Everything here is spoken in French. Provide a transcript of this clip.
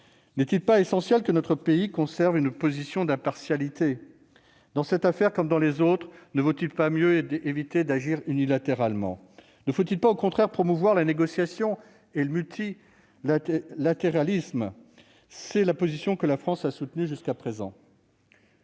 N'est-il pas essentiel que notre pays conserve une position d'impartialité ? Dans cette affaire comme dans les autres, ne vaut-il pas mieux éviter d'agir unilatéralement ? Ne faut-il pas, au contraire, promouvoir la négociation et le multilatéralisme ? C'est la position que la France a soutenue jusqu'à présent.